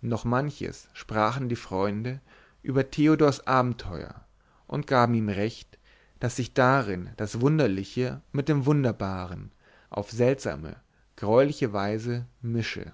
noch manches sprachen die freunde über theodors abenteuer und gaben ihm recht daß sich darin das wunderliche mit dem wunderbaren auf seltsame greuliche weise mische